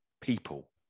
people